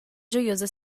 gioiosa